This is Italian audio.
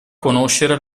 conoscere